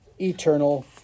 eternal